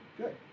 Good